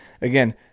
again